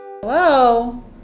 hello